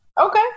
Okay